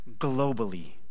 globally